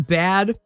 bad